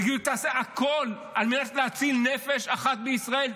יגידו, עשה הכול על מנת להציל נפש אחת בישראל.